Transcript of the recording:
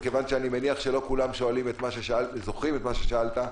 מכיוון שאני מניח שלא כולם זוכרים את מה ששאלת,